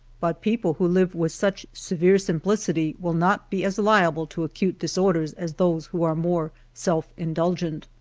but people who live with such severe simplicity will not be as liable to acute dis orders as those who are more self-indulgent.